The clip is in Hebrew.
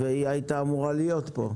היא הייתה אמורה להיות פה.